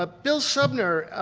ah bill sumner,